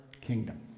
kingdom